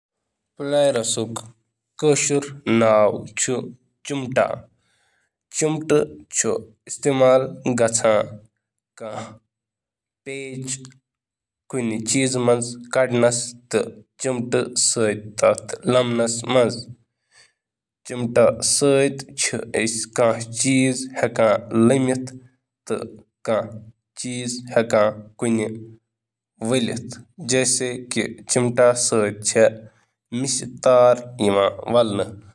کشمیٖری منٛز زِیارُک مطلب چُھ پُلاس یُس کُنہِ تہِ سخٕت مادٕ مُڑنہٕ خٲطرٕ استعمال چُھ یِوان کرنہٕ۔